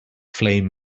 flame